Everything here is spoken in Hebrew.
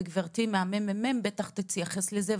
וגברתי מהממ"מ בטח תתייחס לזה,